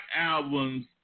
albums